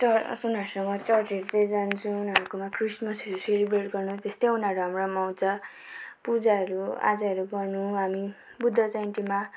च उनीहरूसँग चर्चहरू चाहिँ जान्छु उनीहरूसँग क्रिसमसहरू सेलिब्रेट गर्न त्यस्तै उनीहरू हाम्रामा आउँछ पूजाहरू आजाहरू गर्नु हामी बुद्ध जयन्तीमा